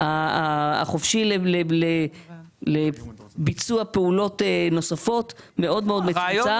החופשי לביצוע פעולות נוספות מאוד-מאוד מצומצם.